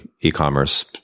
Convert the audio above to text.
e-commerce